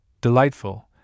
delightful